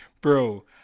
Bro